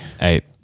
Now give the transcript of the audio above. Eight